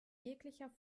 jeglicher